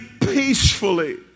peacefully